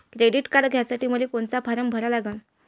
Credit card घ्यासाठी मले कोनचा फारम भरा लागन?